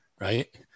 Right